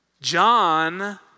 John